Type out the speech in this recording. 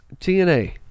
tna